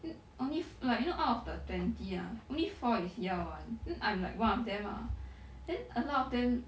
n~ only like you know out of the twenty ah only four is year one n~ I'm like one of them ah then a lot of them